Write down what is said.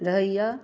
रहैए